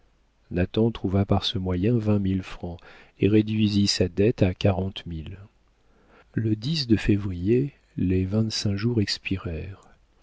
nathan trouva par ce moyen vingt mille francs et réduisit sa dette à quarante mille le février les vingt-cinq jours